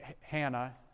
Hannah